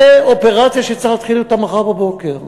זו אופרציה שצריך להתחיל אותה מחר בבוקר.